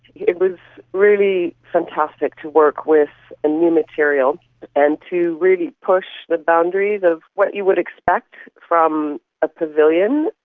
it was really fantastic to work with a new material and to really push the boundaries of what you would expect from a pavilion,